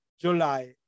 July